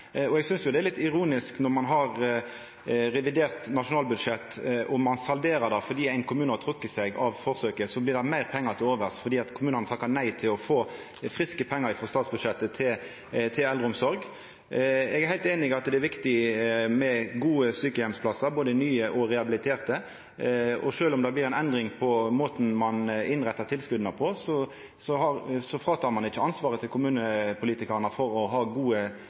Eg synest det er litt ironisk når ein har revidert nasjonalbudsjett og salderer det. Fordi ein kommune har trekt seg frå forsøket, blir det meir pengar til overs, fordi kommunane takka nei til å få friske pengar frå statsbudsjettet til eldreomsorg. Eg er heilt einig i at det er viktig med gode sjukeheimsplassar, både nye og rehabiliterte, og sjølv om det blir ei endring i måten ein innrettar tilskota på, tek ein ikkje ansvaret frå kommunepolitikarane for å ha gode